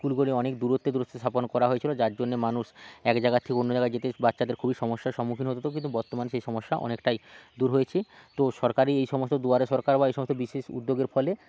স্কুলগুলি অনেক দূরত্বে দূরত্বে স্থাপন করা হয়েছিল যার জন্য মানুষ এক জায়গা থেকে অন্য জায়গায় যেতে বাচ্চাদের খুবই সমস্যার সম্মুখীন হতে হতো কিন্তু বর্তমানে সেই সমস্যা অনেকটাই দূর হয়েছে তো সরকারি এই সমস্ত দুয়ারে সরকার বা এই সমস্ত বিশেষ উদ্যোগের ফলে